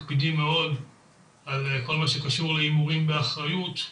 מקפידים מאוד על כל מה שקשור להימורים באחריות.